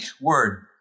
word